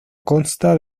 consta